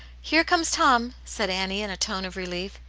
here comes tom! said annie, in a tone of relief.